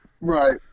Right